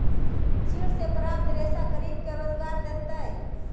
चीड़ से प्राप्त रेशा गरीब के रोजगार देतइ